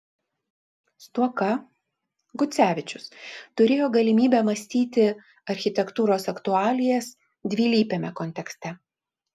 stuoka gucevičius turėjo galimybę mąstyti architektūros aktualijas dvilypiame kontekste